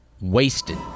wasted